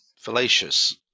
fallacious